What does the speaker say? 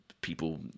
people